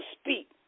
speak